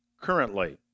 currently